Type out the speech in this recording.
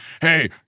Hey